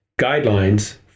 guidelines